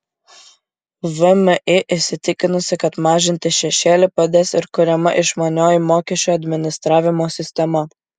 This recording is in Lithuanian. vmi įsitikinusi kad mažinti šešėlį padės ir kuriama išmanioji mokesčių administravimo sistema